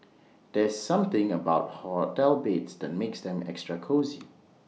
there's something about hotel beds that makes them extra cosy